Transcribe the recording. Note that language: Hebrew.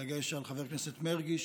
בדגש על חבר הכנסת מרגי,